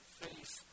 face